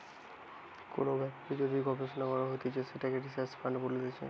কোন ব্যাপারে যদি গবেষণা করা হতিছে সেটাকে রিসার্চ ফান্ড বলতিছে